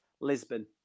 Lisbon